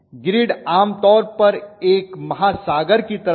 grid आम तौर पर एक महासागर की तरह है